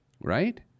Right